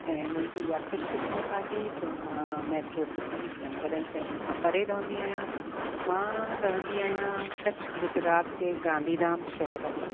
ऐं मुंहिंजी इहा ख़ुशक़िस्मत आहे जो मां मैट्रो सिटीस याने वॾनि शहरनि खां परे रहंदी आहियां मां रहंदी आहियां कच्छ गुजरात जे गांधीधाम शहर में